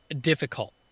difficult